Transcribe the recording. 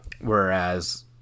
Whereas